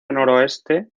noroeste